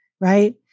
Right